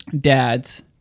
dads